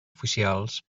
oficials